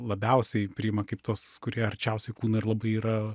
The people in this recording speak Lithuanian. labiausiai priima kaip tuos kurie arčiausiai kūno ir labai yra